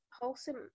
wholesome